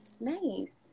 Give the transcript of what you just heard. Nice